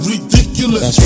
Ridiculous